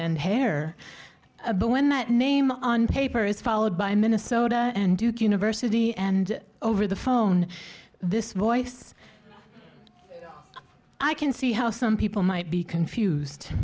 and hair a bit when that name on paper is followed by minnesota and duke university and over the phone this voice i can see how some people might be confused